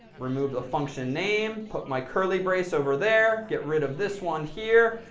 remove the function name, put my curly brace over there, get rid of this one here,